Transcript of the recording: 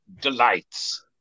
delights